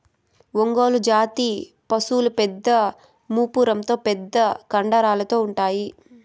ఒంగోలు జాతి పసులు పెద్ద మూపురంతో పెద్ద కండరాలతో ఉంటాయి